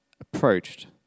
approached